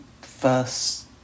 first